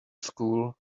school